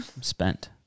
Spent